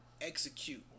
execute